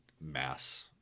mass